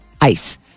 ICE